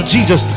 Jesus